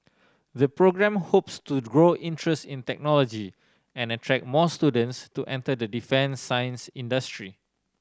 the programme hopes to grow interest in technology and attract more students to enter the defence science industry